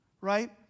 right